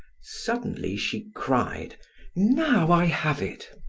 suddenly she cried now i have it,